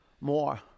more